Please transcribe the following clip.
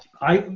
i,